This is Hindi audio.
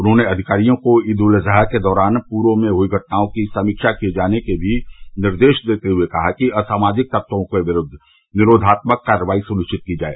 उन्होंने अधिकारियों को ईद उल अजहा के दौरान पूर्व में हुयी घटनाओं की समीक्षा किये जाने के भी निर्देश देते हुये कहा कि असामाजिक तत्वों के विरूद्द निरोधात्मक कार्रवायी सुनिश्चित की जाए